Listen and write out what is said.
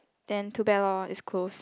then too bad lor it's closed